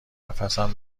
نفسم